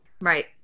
Right